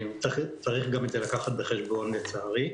צריך גם את זה לקחת בחשבון, לצערי.